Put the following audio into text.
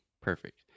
Perfect